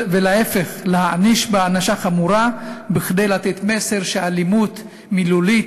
ולהפך: להעניש בהענשה חמורה כדי לתת מסר שאלימות מילולית,